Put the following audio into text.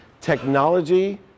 technology